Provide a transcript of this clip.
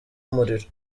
umuriro